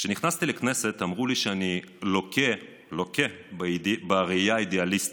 כשנכנסתי לכנסת אמרו לי שאני לוקה בראייה אידיאליסטית,